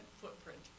footprint